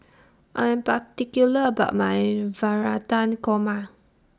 I Am particular about My Navratan Korma